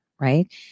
right